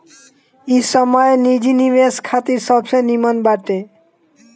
इ समय निजी निवेश खातिर सबसे निमन बाटे